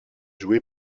joué